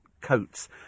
coats